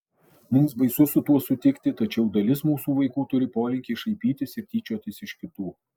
mums baisu su tuo sutikti tačiau dalis mūsų vaikų turi polinkį šaipytis ir tyčiotis iš kitų